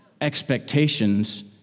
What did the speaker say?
Expectations